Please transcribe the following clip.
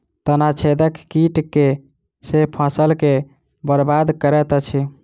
तना छेदक कीट केँ सँ फसल केँ बरबाद करैत अछि?